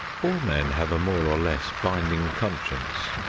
all men have a more or less binding conscience.